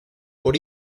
por